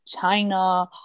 China